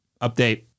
update